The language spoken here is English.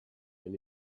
and